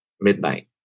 Midnight